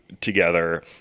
together